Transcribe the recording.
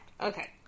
Okay